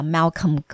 Malcolm